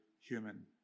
human